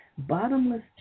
bottomless